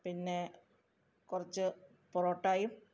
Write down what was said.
പിന്നെ കുറച്ച് പൊറോട്ടായും